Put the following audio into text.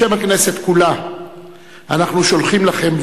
בשם הכנסת כולה אנחנו שולחים לכם,